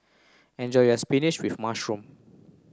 enjoy your spinach with mushroom